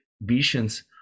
visions